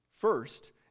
First